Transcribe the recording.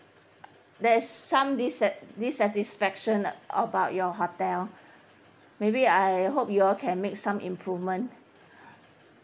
there's some dissat~ dissatisfaction about your hotel maybe I hope you all can make some improvement